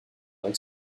avec